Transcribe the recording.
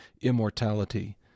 immortality